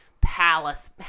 palace